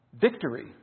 Victory